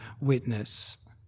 witness